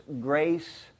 grace